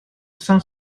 cinq